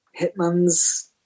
Hitman's